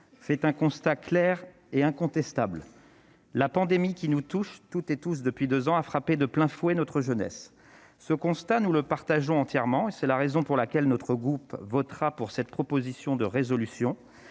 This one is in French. fait un constat clair et incontestable : la pandémie, qui nous touche tous depuis deux ans, a frappé de plein fouet notre jeunesse. Ce constat, nous le partageons entièrement. C'est la raison pour laquelle notre groupe votera cette proposition de résolution.